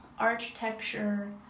architecture